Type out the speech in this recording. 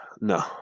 No